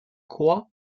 croix